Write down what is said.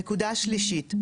נקודה שלישית,